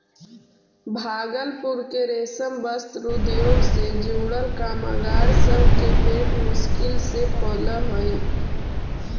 भागलपुर के रेशम वस्त्र उद्योग से जुड़ल कामगार सब के पेट मुश्किल से पलऽ हई